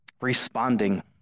responding